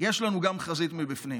יש לנו גם חזית מבפנים.